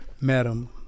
Madam